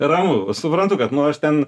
ramu suprantu kad nu aš ten